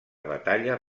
batalla